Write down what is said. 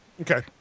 Okay